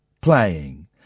playing